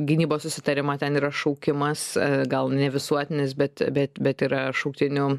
gynybos susitarimą ten yra šaukimas gal ne visuotinis bet bet bet yra šauktinių